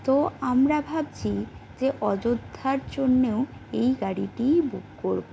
তো আমরা ভাবছি যে অযোধ্যার জন্যেও এই গাড়িটিই বুক করবো